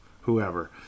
whoever